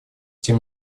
тем